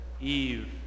Eve